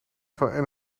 van